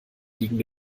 liegende